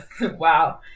wow